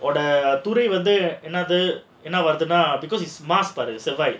while the துறை வந்து என்னது என்ன வருதுனா:thurai vandhu ennathu enna varuthunaa because it's must to survive